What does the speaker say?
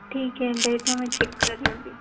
ٹھیک ہے بیٹھو میں چیک کر رہی ہوں ابھی